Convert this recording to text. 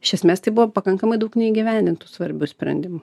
iš esmės tai buvo pakankamai daug neįgyvendintų svarbių sprendimų